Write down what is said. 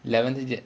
eleven digit